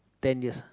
ten years